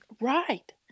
Right